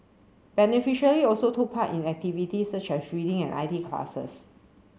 beneficially also took part in activities such as reading and I T classes